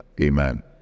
amen